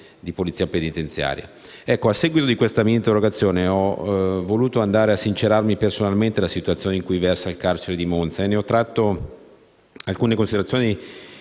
di Polizia penitenziaria. A seguito della mia interrogazione sono andato a sincerarmi personalmente della situazione in cui versa il carcere di Monza e ne ho tratto alcune considerazioni